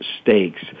Stakes